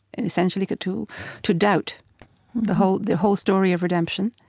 and essentially like to to doubt the whole the whole story of redemption.